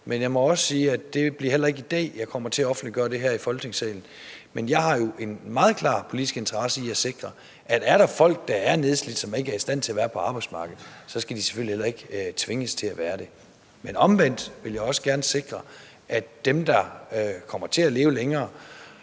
Men jeg må også sige, at det heller ikke bliver i dag, jeg kommer til at offentliggøre det her i Folketingssalen. Men jeg har jo en meget klar politisk interesse i at sikre, at er der folk, der er nedslidte, og som ikke er i stand til at være på arbejdsmarkedet, så skal de selvfølgelig heller ikke tvinges til at være der. Men omvendt vil jeg også gerne sikre, at dem, der kommer til at leve længere,